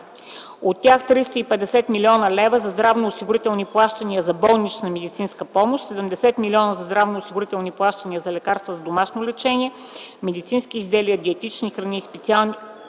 От тях 350 млн. лв. за здравноосигурителни плащания за болнична медицинска помощ; 70 млн. лв. за здравноосигурителни плащания за лекарства за домашно лечение, медицински изделия и диетични храни за специални